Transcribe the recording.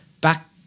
back